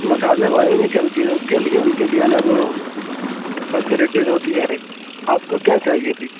مسالے والی بھی چلتی ہے اُس کے لیے اُن کے لیے الگ فیسیلیٹیز ہوتی ہے آپ کو کیا چاہیے تھی